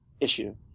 issue